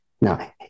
Now